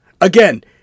Again